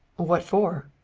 what for?